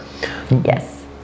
yes